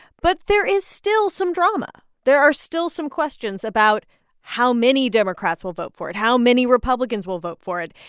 but there is still some drama. there are still some questions about how many democrats will vote for it, how many republicans will vote for it.